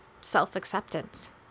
self-acceptance